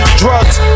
drugs